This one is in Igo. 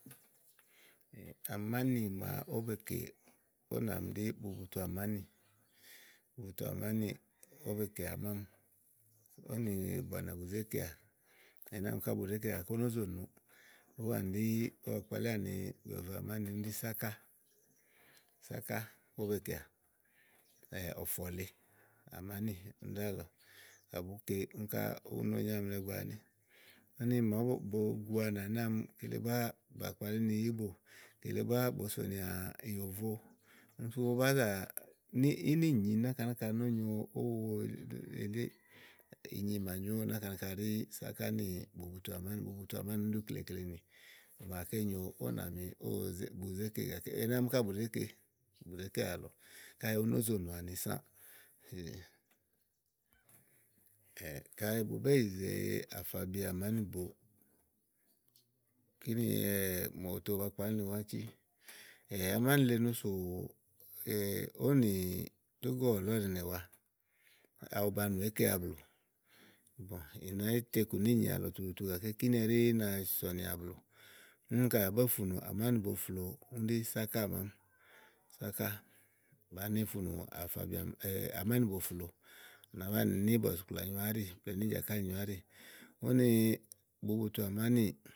Amánì màa ówó be kè ówò nàmi ɖí bubutu àmánì bubutu àmánì, ówó be kèà mámi. ówò nì bɔ̀nɛ bù zé keà. ɛnɛ́ àámi ká bù ɖèé keà gàké únó zò noò úwaanì ɖí ówó ba kpalíà ni bùyòvoè ámànì úni ɖí sáká. sáká ówó be kèá ɔ̀fɔ̀ lèe àmánì ùni ɖálɔ̀ɔ. ka bùú ke úni káà, u no nya àmlɛ gbàa àni úni màa ówó bo gu anà ɛnɛ́ àámi kele búá ówò bàa kpalí ni íbò kele búá. kele búá bòo sònìà ìyòvo úni sú bá zà, níìnyi náka náka nó nyoówo elíì. ínyi màa nyoówo ɖi sáká nì bubutu àmánì bubutu àmáni ɖí ukleklenì. màaké nyo ówò nà mi ówò òó ze bu zé kè gàké ɛnɛ́ àámi ká bù ɖèé ke bù ɖèé ke àlɔ káèè ú nò zó no ani sãã. kayi bù bù bé yìize afabiamánìbo, kínì mò tòo ba kpalí ni wàà, amáni le no sò ówò ni Tógó ɔ̀lɔ̀ ɖíì nè wa awu ba nù ékeà blù ì nèé tekù níìnyi àlɔ tutu tuù àlɔ gàké kíni ɛɖi na sɔ̀nìà blù. úni kayi à bò funù amáníboflòo úni ɖí sáká màawu, sáká bàá ni fùunù àfabi àmàn àmánìbo flòo, à nàá banìi níì bɔ̀sìkplà nyoà áɖì blɛ̀ɛ níì jàkálì nyoà àɖì úni bubutu àmànì.